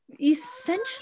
essentially